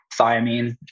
thiamine